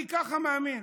אני ככה מאמין,